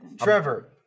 Trevor